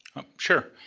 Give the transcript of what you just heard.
sure,